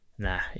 Nah